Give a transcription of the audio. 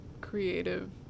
creative